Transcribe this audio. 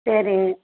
சரி